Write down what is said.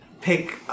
pick